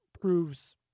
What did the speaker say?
proves